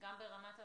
גם ברמת הממשלה,